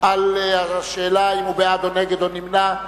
על השאלה אם הוא בעד או נגד או נמנע?